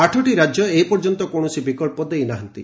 ଆଠଟି ରାଜ୍ୟ ଏପର୍ଯ୍ୟନ୍ତ କୌଣସି ବିକଳ୍ପ ଦେଇନାହାନ୍ତି